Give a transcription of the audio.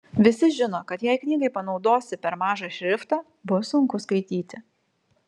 visi žino kad jei knygai panaudosi per mažą šriftą bus sunku skaityti